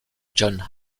john